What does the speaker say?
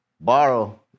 borrow